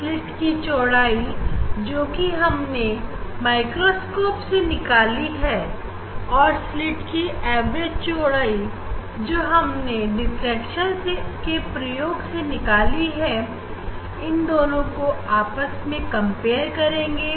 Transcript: slit की चौड़ाई जो कि हमने माइक्रोस्कोप से निकाली है और स्लीट की एवरेज चौड़ाई जो हमने डिफ्रेक्शन के प्रयोग से निकाली है इन दोनों को हम आपस में कंपेयर करेंगे